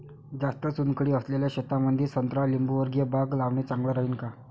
जास्त चुनखडी असलेल्या शेतामंदी संत्रा लिंबूवर्गीय बाग लावणे चांगलं राहिन का?